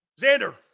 Xander